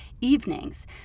evenings